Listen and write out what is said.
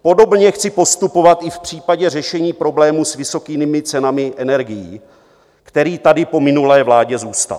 Podobně chci postupovat i v případě řešení problému s vysokými cenami energií, který tady po minulé vládě zůstal.